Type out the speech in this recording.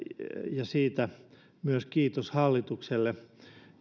myös kiitos hallitukselle